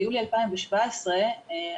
ביולי 2017 הממ"מ,